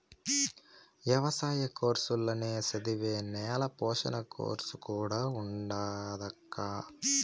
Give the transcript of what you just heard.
ఎవసాయ కోర్సుల్ల నే చదివే నేల పోషణ కోర్సు కూడా ఉండాదక్కా